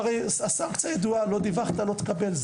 והרי הסנקציה ידועה לא דיווחת, לא תקבל.